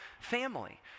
family